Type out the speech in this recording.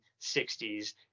1960s